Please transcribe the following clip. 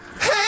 hey